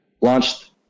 launched